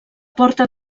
porta